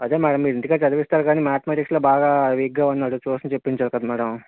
అదే మేడం మీరు ఇంటికాడ చదివిస్తారు కాని మ్యాథ్మెటిక్స్లో బాగా వీక్గా ఉన్నాడు ట్యూషన్ చెప్పించాలి కదా మేడం